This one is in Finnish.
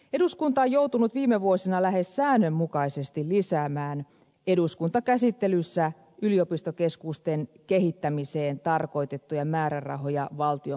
eduskunta on joutunut viime vuosina lähes säännönmukaisesti lisäämään eduskuntakäsittelyssä yliopistokeskusten kehittämiseen tarkoitettuja määrärahoja valtion budjetissa